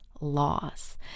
loss